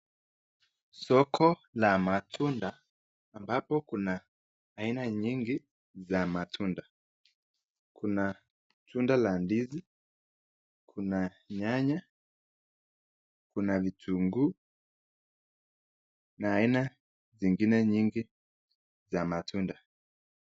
Soko la matunda ambapo kuna aina nyingi za matunda, kuna tunda la ndizi, kuna nyanya, kuna vitunguu na aina zingine nyingi za matunda.